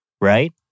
Right